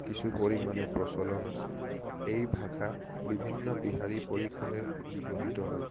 কিছু পৰিমাণে প্ৰচলন আছে এই ভাষা বিভিন্ন বিহাৰী পৰিসৰে ব্যৱহৃত হয়